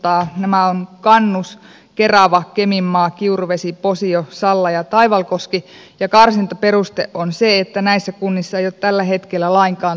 nämä ovat kannus kerava keminmaa kiuruvesi posio salla ja taivalkoski ja karsintaperuste on se että näissä kunnissa ei ole tällä hetkellä lainkaan tutkintotoimintaa